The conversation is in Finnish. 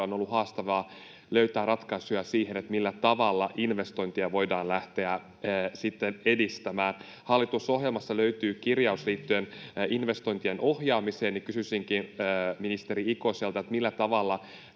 on ollut haastavaa löytää ratkaisuja siihen, millä tavalla investointeja voidaan lähteä edistämään. Kun hallitusohjelmassa löytyy kirjaus liittyen investointien ohjaamiseen, niin kysyisinkin ministeri Ikoselta: millä tavalla